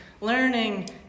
learning